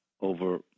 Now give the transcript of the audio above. over